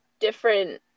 different